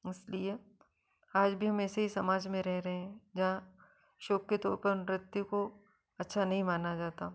उस लिए आज भी हम ऐसे ही समाज में रह रहे हैं जहाँ शौक के तौर पर नृत्य को अच्छा नहीं माना जाता